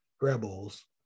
rebels